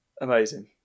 Amazing